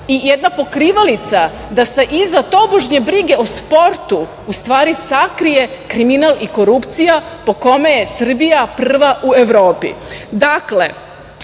i jedna pokrivalica da se iza tobožnje brige o sportu u stvari sakrije kriminal i korupcija, po kome je Srbija prva u Evropi. Dakle,